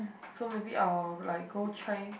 so maybe I will like go try